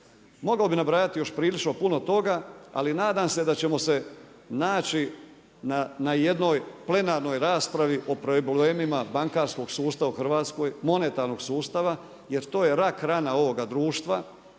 Mogao bih nabrajati još prilično puno toga, ali nadam se da ćemo se naći na jednoj plenarnoj raspravi o problemima bankarskog sustava u Hrvatskoj, monetarnog sustava jer to je rak rana ovoga društva.